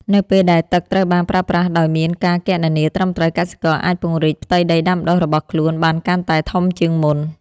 នៅពេលដែលទឹកត្រូវបានប្រើប្រាស់ដោយមានការគណនាត្រឹមត្រូវ កសិករអាចពង្រីកផ្ទៃដីដាំដុះរបស់ខ្លួនបានកាន់តែធំជាងមុន។